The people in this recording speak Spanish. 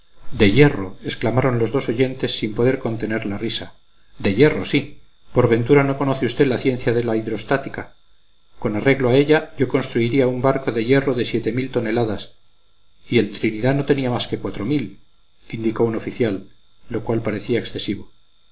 de hierro exclamaron los dos oyentes sin poder contener la risa de hierro sí por ventura no conoce usted la ciencia de la hidrostática con arreglo a ella yo construiría un barco de hierro de toneladas y el trinidad no tenía más que indicó un oficial lo cual parecía excesivo